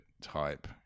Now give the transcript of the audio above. type